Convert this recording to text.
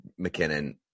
McKinnon